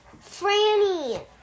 Franny